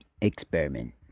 experiment